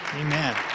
Amen